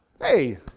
hey